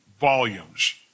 volumes